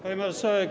Pani Marszałek!